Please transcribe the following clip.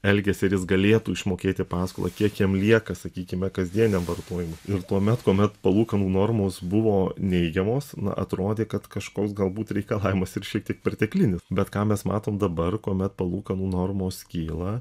elgiasi ar jis galėtų išmokėti paskolą kiek jam lieka sakykime kasdieniam vartojimui ir tuomet kuomet palūkanų normos buvo neigiamos na atrodė kad kažkoks galbūt reikalavimas ir šiek tiek perteklinis bet ką mes matom dabar kuomet palūkanų normos kyla